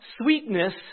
sweetness